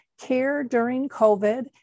careduringcovid